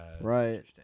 Right